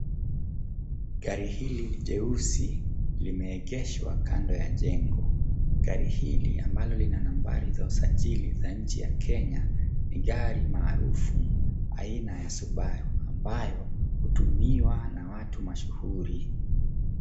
Gari hili jeusi limeegeshwa kando ya jengo, gari hili ambalo lina nambari za usajili za nchi ya Kenya ni gari maarufu aina ya subaru ambayo hutumiwa na watu mashuhuri.